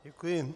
Děkuji.